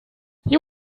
you